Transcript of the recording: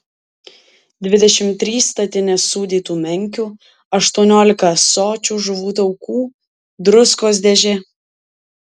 dvidešimt trys statinės sūdytų menkių aštuoniolika ąsočių žuvų taukų druskos dėžė